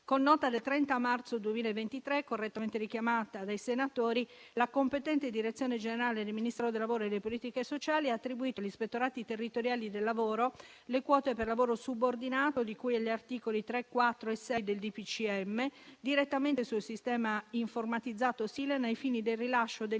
Con nota del 30 marzo 2023, correttamente richiamata dai senatori, la competente direzione generale del Ministero del lavoro e delle politiche sociali ha attribuito agli ispettorati territoriali del lavoro le quote per lavoro subordinato, di cui agli articoli 3, 4 e 6 del DPCM, direttamente sul sistema informatizzato SILEN, ai fini del rilascio del